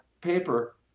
paper